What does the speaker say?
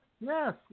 Yes